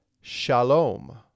shalom